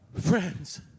Friends